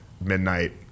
midnight